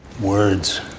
Words